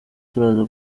turaza